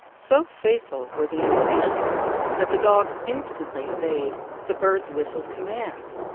so faithful were the imitations that the dogs instantly obeyed the bird's whistled commands,